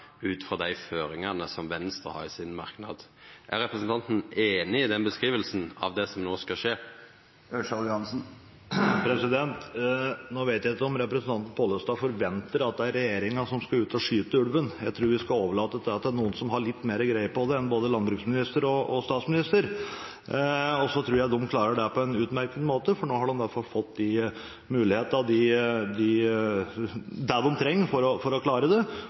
ut frå dei føringane som Venstre har i merknaden sin. Er representanten einig i den beskrivinga av det som no skal skje? Nå vet jeg ikke om representanten Pollestad forventer at det er regjeringen som skal ut og skyte ulven. Jeg tror vi skal overlate det til noen som har litt mer greie på det enn både landbruksministeren og statsministeren. Det tror jeg de klarer på en utmerket måte, for nå har de fått det de trenger for å klare det. Jeg ser også at regjeringen bruker de metodene som det er mulig å bruke. Når det